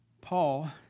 Paul